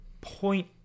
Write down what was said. point